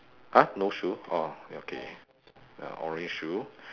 !huh! no shoe orh okay ya orange shoe